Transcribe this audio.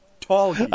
Tall